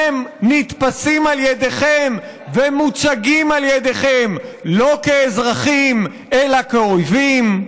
הם נתפסים על ידיכם ומוצגים על ידיכם לא כאזרחים אלא כאויבים.